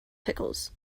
pickles